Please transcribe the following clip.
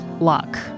luck